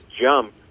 jump